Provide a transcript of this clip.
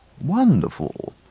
Wonderful